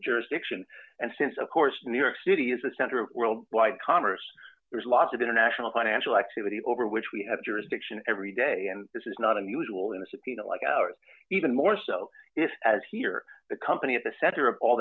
jurisdiction and since of course new york city is the center of world wide commerce there's lots of international financial activity over which we have jurisdiction every day and this is not unusual in a subpoena like ours even more so if as here the company at the center of all